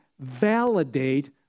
validate